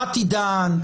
מתי דן,